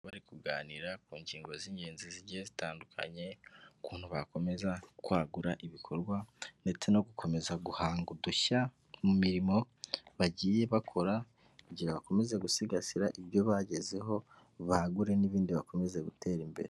Bari kuganira ku ngingo z'ingenzi zigiye zitandukanye ukuntu bakomeza kwagura ibikorwa ndetse no gukomeza guhanga udushya mu mirimo bagiye bakora kugira ngo bakomeze gusigasira ibyo bagezeho bagure n'ibindi bakomeze gutera imbere.